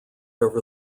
over